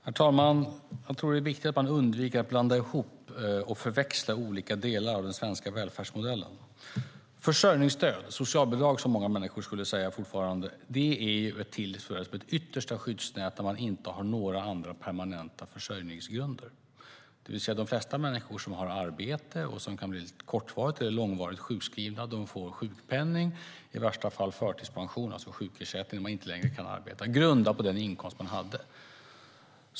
Herr talman! Jag tror att det är viktigt att man undviker att blanda ihop och förväxla olika delar av den svenska välfärdsmodellen. Försörjningsstöd - socialbidrag, som många människor fortfarande skulle säga - är ett yttersta skyddsnät när man inte har några andra permanenta försörjningsgrunder. De flesta människor som har arbete och blir kort eller långvarigt sjukskrivna får sjukpenning eller i värsta fall förtidspension - alltså sjukersättning - när de inte längre kan arbeta, grundad på den inkomst de hade.